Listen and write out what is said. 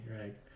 right